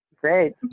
Great